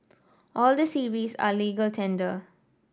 all the series are legal tender